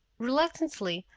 reluctantly,